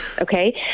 okay